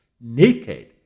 naked